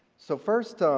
so first,